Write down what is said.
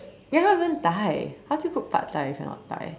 you are not even Thai how do you cook Pad Thai if you're not Thai